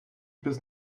bis